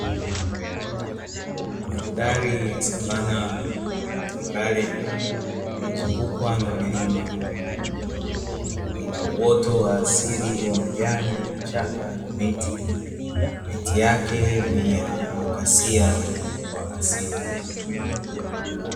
Mandhari ya savana tambarale, iliyo zungukwa na milima, ina uoto wa asili wa majani, vichaka na miti miti yake ni ya akasia kwa asili.